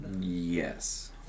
Yes